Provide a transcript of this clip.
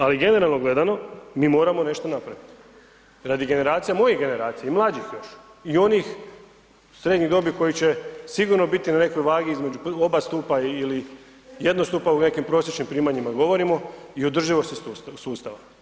Ali generalno gledano, mi moramo nešto napraviti radi generacija, mojih generacija i mlađih još i onih srednjih dobi koji će sigurno biti na nekoj vagi između oba stupa ili jednostupa o nekim prosječnim primanjima govorimo i održivosti sustava.